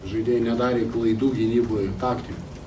žaidėjai nedarė klaidų gynyboj ir taktikoj